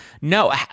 no